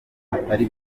atari